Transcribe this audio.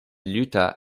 lutta